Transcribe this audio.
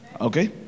okay